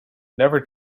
never